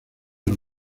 los